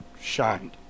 shined